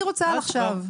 אני רוצה על עכשיו.